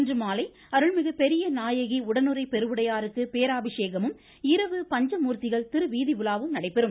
இன்று மாலை அருள்மிகு பெரிய நாயகி உடனுறை பெருவுடையாருக்கு பேராபிஷேகமும் இரவு பஞ்சமூர்த்திகள் திருவீதி உலாவும் நடைபெறும்